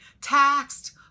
taxed